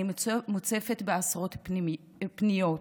אני מוצפת בעשרות פניות.